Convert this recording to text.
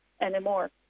anymore